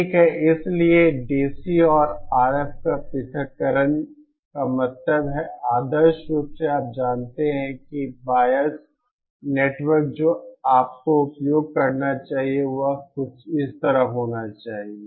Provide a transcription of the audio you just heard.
ठीक है इसलिए DC और RF पृथक्करण का मतलब है कि आदर्श रूप से आप जानते हैं कि बायस नेटवर्क जो आपको उपयोग करना चाहिए वह कुछ इस तरह होना चाहिए